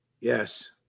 Yes